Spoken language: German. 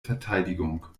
verteidigung